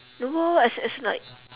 no as as in as in like